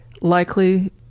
likely